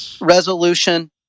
resolution